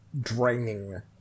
draining